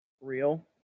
real